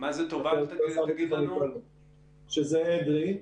שזה אדרי,